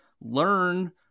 learn